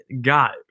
got